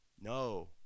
No